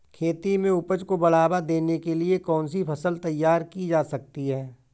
खेती में उपज को बढ़ावा देने के लिए कौन सी फसल तैयार की जा सकती है?